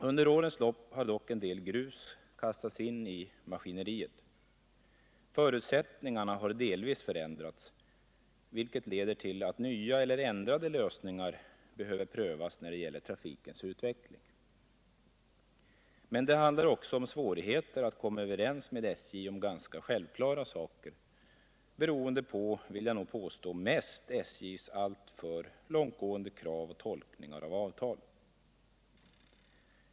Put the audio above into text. Under årens lopp har dock en del grus kastats in i maskineriet. Förutsättningarna har delvis förändrats, vilket leder till att nya eller ändrade lösningar behöver prövas när det gäller trafikens utveckling. Men det handlar också om svårigheter att komma överens med SJ om ganska självklara saker, mest beroende på — vill jag nog påstå — SJ:s alltför långtgående krav och tolkningar av avtal.